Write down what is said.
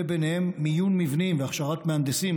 וביניהן מיון מבנים והכשרת מהנדסים